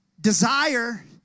Desire